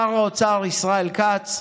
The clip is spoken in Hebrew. שר האוצר ישראל כץ,